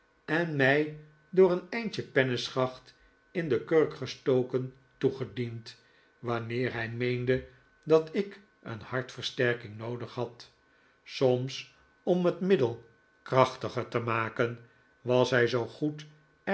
en mij door een eindje penneschacht in de kurk gestoken toegediend wanneer hij meende dat ik een hartversterking rioodig had soms om het middel david copper field krachtiger te maken was hij zoo goed er